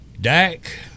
Dak